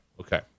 Okay